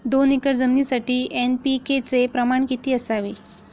दोन एकर जमिनीसाठी एन.पी.के चे प्रमाण किती असावे?